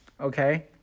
Okay